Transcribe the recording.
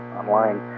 online